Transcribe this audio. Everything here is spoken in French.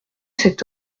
cet